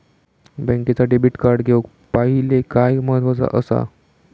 बँकेचा debit card घेउक पाहिले काय महत्वाचा असा?